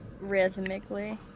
rhythmically